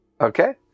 Okay